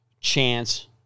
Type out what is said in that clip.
chance